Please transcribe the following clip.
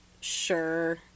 Sure